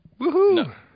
Woohoo